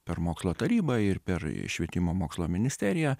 per mokslo tarybą ir per švietimo mokslo ministeriją